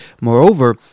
Moreover